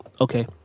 Okay